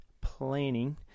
planning